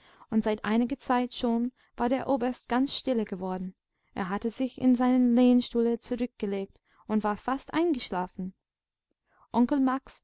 und seit einiger zeit schon war der oberst ganz stille geworden er hatte sich in seinen lehnstuhl zurückgelegt und war fest eingeschlafen onkel max